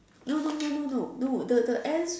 no no no no no no the the ants